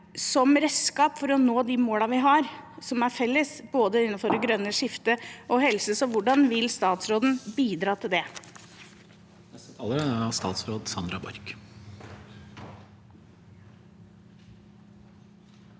som redskap for å nå de målene vi har, som er felles, både innenfor det grønne skiftet og innenfor helse. Hvordan vil statsråden bidra til det?